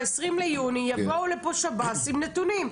ב-20.6 יבואו לפה שב"ס עם נתונים.